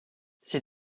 ses